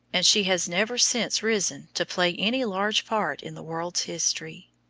and she has never since risen to play any large part in the world's history.